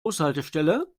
bushaltestelle